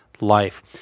life